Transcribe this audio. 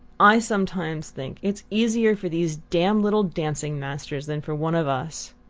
i sometimes think it's easier for these damned little dancing-masters than for one of us.